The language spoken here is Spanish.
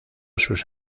sus